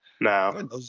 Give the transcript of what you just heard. No